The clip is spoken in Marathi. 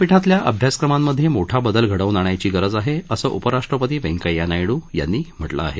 विदयापीठातल्या अभ्यासक्रमांमधे मोठा बदल घडव्न आणायची गरज आहे असं उपराष्ट्रपती व्यंकय्या नायड् यांनी म्हटलं आहे